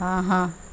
ہاں ہاں